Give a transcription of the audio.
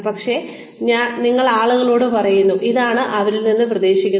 പക്ഷേ നിങ്ങൾ ആളുകളോട് പറയുന്നു ഇതാണ് അവരിൽ നിന്ന് പ്രതീക്ഷിക്കുന്നത്